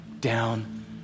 down